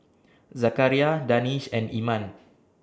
Zakaria Danish and Iman